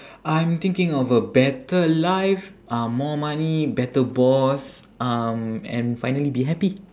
I'm thinking of a better life uh more money better boss um and finally be happy